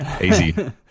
Easy